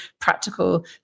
practical